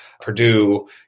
Purdue